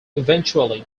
eventually